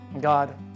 God